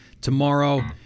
tomorrow